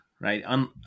right